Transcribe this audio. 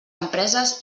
empreses